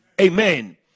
Amen